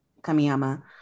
Kamiyama